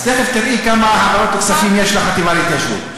תכף תראי כמה העברות כספים יש לחטיבה להתיישבות: